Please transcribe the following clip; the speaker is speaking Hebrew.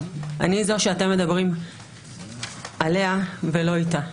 אני זו שאתם מדברים עליה ולא איתה.